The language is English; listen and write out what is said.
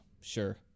sure